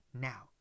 now